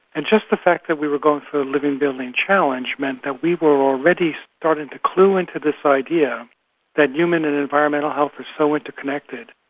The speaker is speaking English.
and just the fact that we were going through a living building challenge meant that we were already starting to clue into this idea that human and environmental health is so interconnected,